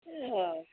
औ